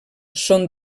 són